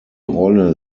rolle